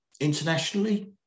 internationally